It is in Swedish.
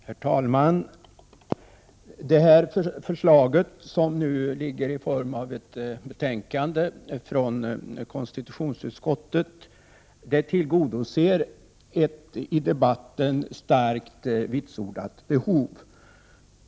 Herr talman! Det förslag som nu föreligger i form av ett betänkande från konstitutionsutskottet tillgodoser ett i debatten starkt vitsordat behov.